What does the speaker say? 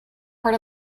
part